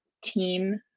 team